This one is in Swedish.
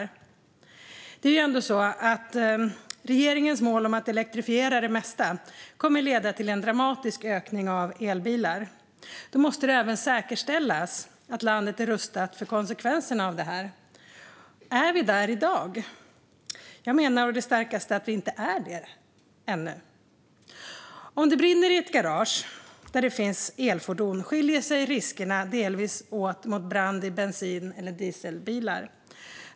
Det är ändå så att regeringens mål om att elektrifiera det mesta kommer att leda till en dramatisk ökning av antalet elbilar. Då måste det även säkerställas att landet är rustat för konsekvenserna av detta. Är vi där i dag? Jag menar å det starkaste att vi ännu inte är det. Om det brinner i ett garage där det finns elfordon skiljer sig riskerna delvis åt mot brand i bensin eller dieselbilar.